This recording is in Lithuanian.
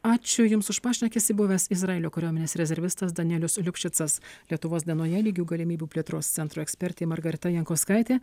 ačiū jums už pašnekesį buvęs izraelio kariuomenės rezervistas danielius liupšicas lietuvos dienoje lygių galimybių plėtros centro ekspertė margarita jankauskaitė